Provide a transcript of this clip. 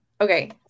Okay